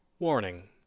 Warning